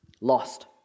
Lost